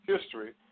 history